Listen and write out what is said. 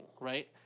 right